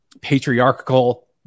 patriarchal